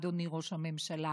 אדוני ראש הממשלה.